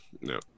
no